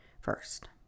first